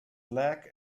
black